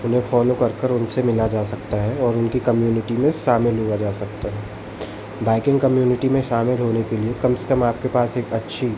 उन्हें फ़ॉलो करकर उनसे मिला जा सकता और उनकी कम्यूनिटी में शामिल हुआ जा सकता है बाइकिंग कम्यूनिटी में शामिल होने के लिए कम से कम आपके पास एक अच्छी